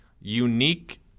unique